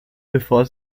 bevor